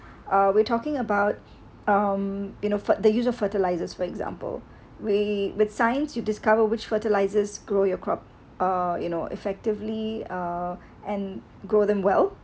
uh we talking about um you know the user fertilizers for example with with science you discover which fertilizers grow your crop uh you know effectively uh and grow them well